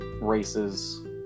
races